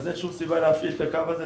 אז אין שום סיבה להפעיל את הקו הזה,